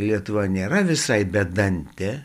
lietuva nėra visai bedantė